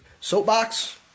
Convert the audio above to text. Soapbox